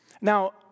Now